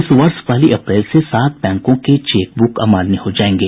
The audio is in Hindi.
इस वर्ष पहली अप्रैल से सात बैंकों के चेक बूक अमान्य हो जायेंगे